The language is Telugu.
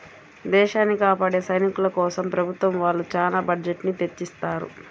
దేశాన్ని కాపాడే సైనికుల కోసం ప్రభుత్వం వాళ్ళు చానా బడ్జెట్ ని తెచ్చిత్తారు